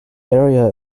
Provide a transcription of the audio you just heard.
area